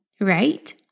right